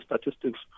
statistics